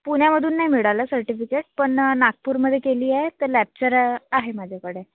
पुण्यामधून नाही मिळालं सर्टिफिकेट पण नागपूरमध्ये केली आहे तर लॅबचं आहे माझ्याकडे